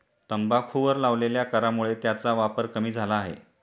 तंबाखूवर लावलेल्या करामुळे त्याचा वापर कमी झाला आहे